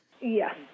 Yes